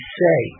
say